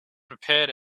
prepared